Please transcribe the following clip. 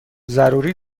ضروری